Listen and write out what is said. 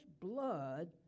blood